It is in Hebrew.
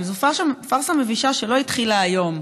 אבל זו פארסה מבישה שלא התחילה היום,